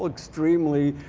extremely,